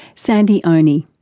sandy onie.